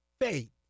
faith